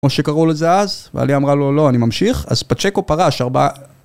כמו שקראו לזה אז, ואלי אמרה לו לא אני ממשיך, אז פצ'קו פרש ארבע...